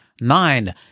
Nine